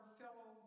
fellow